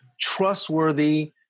trustworthy